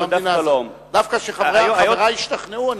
דווקא שחברי ישתכנעו אני,